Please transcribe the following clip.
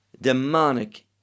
Demonic